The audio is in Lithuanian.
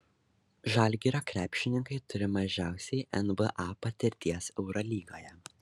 žalgirio krepšininkai turi mažiausiai nba patirties eurolygoje